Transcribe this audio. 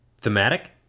Thematic